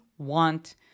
want